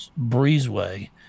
breezeway